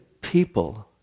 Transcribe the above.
people